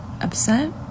upset